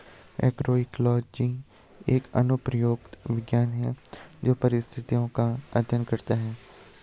agroecology एक अनुप्रयुक्त विज्ञान है जो पारिस्थितिक का अध्ययन करता है